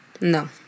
No